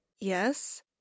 yes